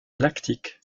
lactique